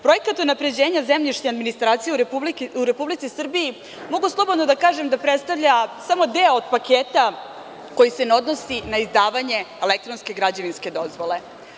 Projekat unapređenja zemljišne administracije u Republici Srbiji mogu slobodno da kažem da predstavlja samo deo od paketa koji se odnosi na izdavanje elektronske građevinske dozvole.